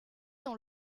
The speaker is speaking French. dans